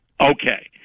Okay